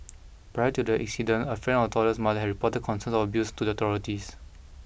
prior to the incident a friend of the Toddler's mother had reported concerns of abuse to the authorities